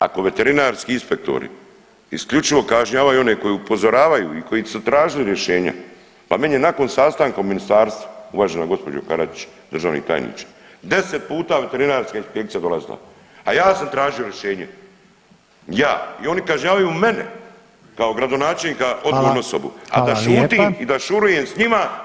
Ako veterinarski inspektori isključivo kažnjavaju one koji upozoravaju i koji su tražili rješenja, pa meni je nakon sastanka u ministarstvu uvažena gospođo Karačić, državni tajniče, 10 puta veterinarska inspekcija dolazila, a ja sam tražio rješenje, ja i oni kažnjavaju mene kao gradonačelnika [[Upadica: Hvala, hvala lijepa.]] odgovornu osobu, a da šutim i da šurujem s njima